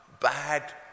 Bad